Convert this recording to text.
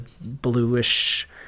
bluish